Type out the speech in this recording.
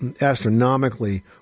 astronomically